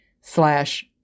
slash